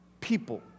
people